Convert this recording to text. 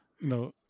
no